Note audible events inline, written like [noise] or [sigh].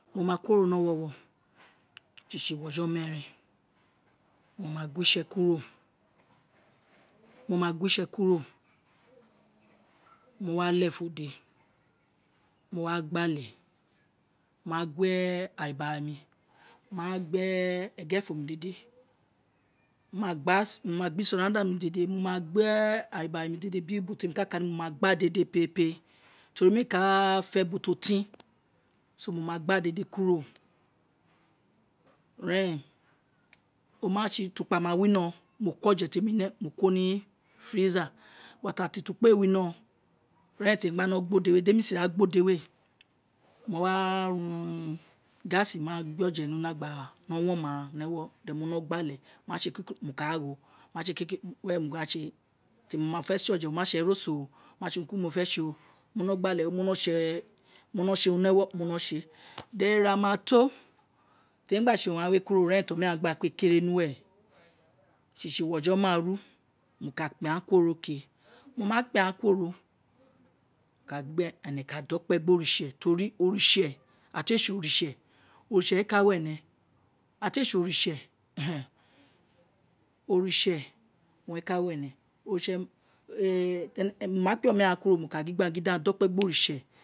Mo ka kuoro ni ọwọwọ ṣiṣi uglio jo ineeren [noise] mo ma guo itse kuro [noise] mo ma guo itse kuro [noise] mo lefun ode, mo wa gba ave mo wagba ale aribara mo wa [noise] gbo [hesitation] ege fo mi dede mo ma gba surrounding mi dede, mo ma gbo arana bara mi dede perepere tori mēē fe ubo ti o tin so, mo ma gba kuro [hesitation] ira eren o ma si utukpa ma wino mo ko oje ti emi rie mo ko ni freezer, but ira ti utukpa eē wino ira ene ti mo gba no gba ode de nusi na gba ode mo warun gas, magbe oje ni lena gba warm eghan then mo no gba eve uli, mo ma kekere mo ka ra gho, mo ma se kekere mo ka ra gho, were mo ka se ti mo ma fe se oje oma se eroso, oma se urun ki urun mo fe se o mo no gbale mo no se urun ni ewo ino no se, ira mate ti emi gba se urun ghan kuro [noise] ira eren ti omaghan gbe kpe kere ni uwe [noise] sisi ughojo māāru mo ka kpe aghan kuoro ke ino ina kpe aghan kuoro mo ka da ọ kpe gbe oritse tori oritse, ira te se oritse, oritse owun re ka gho ene, ina ti éè se oritse [hesitation] [noise] oritse owun eka gho ene oritse [hesitation] mo ma kpe oma kuoro mo ka gin gbe aghan gin di a da ọkpẹ gbẹ oritṣẹ